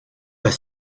pas